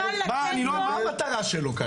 מה המטרה שלו כאן?